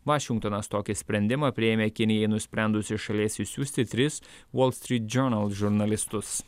vašingtonas tokį sprendimą priėmė kinijai nusprendus iš šalies išsiųsti tris wall street journal žurnalistus